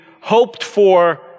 hoped-for